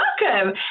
welcome